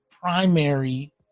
primary